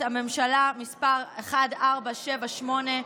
מ/1478,